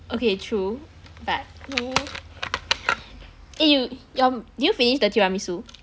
okay true but eh you your did you finish the tiramisu